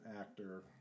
actor